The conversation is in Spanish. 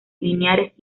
lineares